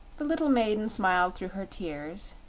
the little maiden smiled through her tears,